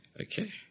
Okay